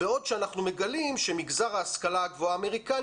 בעוד שאנחנו מגלים שמגזר ההשכלה הגבוהה האמריקני